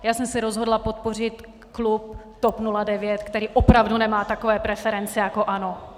Já jsem se rozhodla podpořit klub TOP 09, který opravdu nemá takové preference jako ANO.